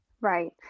Right